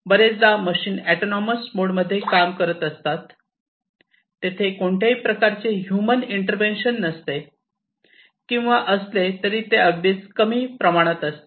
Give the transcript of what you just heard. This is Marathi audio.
बरेचदा मशीन ऑटोनॉमस मोड मध्ये काम करत असतात तेथे कोणत्याही प्रकारचे ह्यूमन इंटर्वेंशन नसते किंवा असले तरी अगदीच कमी प्रमाणात असते